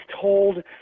told